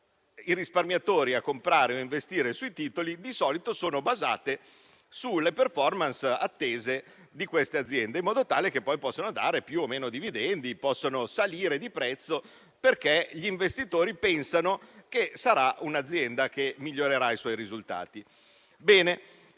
i risparmiatori a comprare o investire sui titoli di solito sono basate sulle *performance* attese di queste aziende, in modo tale che poi possano dare più o meno dividendi, o possono salire di prezzo, perché gli investitori pensano che sarà un'azienda che migliorerà i suoi risultati. In